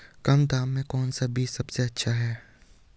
कम दाम में कौन सा बीज सबसे अच्छा है?